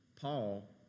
Paul